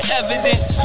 evidence